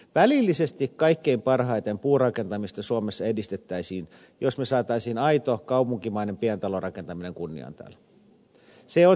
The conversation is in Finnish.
välillisesti kaikkein parhaiten puurakentamista suomessa edistettäisiin jos me saisimme aidon kaupunkimaisen pientalorakentamisen kunniaan täällä